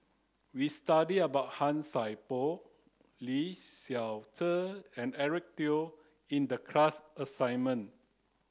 we studied about Han Sai Por Lee Seow Ser and Eric Teo in the class assignment